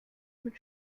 mit